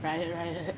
riot riot